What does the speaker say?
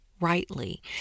rightly